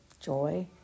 Joy